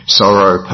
sorrow